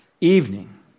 evening